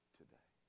today